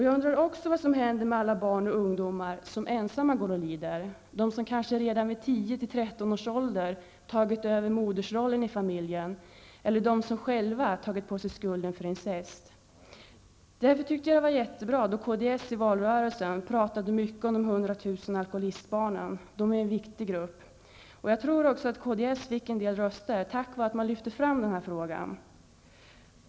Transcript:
Jag undrar också vad som händer med alla barn och ungdomar som ensamma går och lider, de som kanske redan i 10--13 års ålder tagit över modersrollen i familjen, eller de som själva tagit på sig skulden för incest. Därför tyckte jag att det var mycket bra då kds i valrörelsen talade mycket om de 100 000 alkoholistbarnen. De utgör en viktig grupp. Jag tror också att kds fick en hel del röster tack vare att man lyfte fram den här frågan.